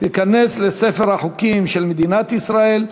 ותיכנס לספר החוקים של מדינת ישראל.